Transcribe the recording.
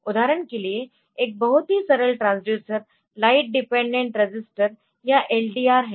उदाहरण के लिए एक बहुत ही सरल ट्रांसड्यूसर लाइट डिपेंडेंट रजिस्टर या LDR है